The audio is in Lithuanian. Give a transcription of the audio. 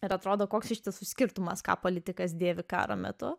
ir atrodo koks iš tiesų skirtumas ką politikas dėvi karo metu